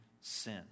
sin